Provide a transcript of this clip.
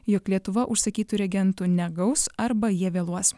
jog lietuva užsakytų reagentų negaus arba jie vėluos